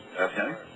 okay